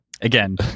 Again